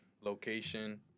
Location